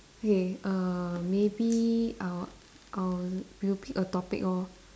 okay err maybe I'll I'll we will pick a topic lor